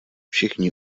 všichni